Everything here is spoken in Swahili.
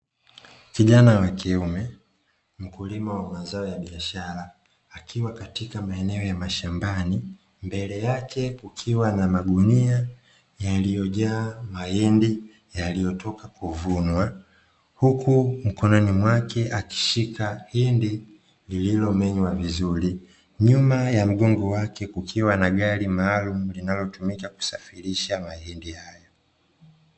Kijana wakiume mkulima wa mazaao ya biashara, akiwa katika maeneo ya mashambani mbele yake kukiwa na magunia yaliyojaa mahindi yaliyotoka kuvunwa. Huku mkononi mwake akishika indi lililomenywa vizuri, nyuma ya mgongo wake kukiwa na gari maalumu linalotumika kusafirisha mahindi hayo.